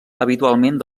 habitualment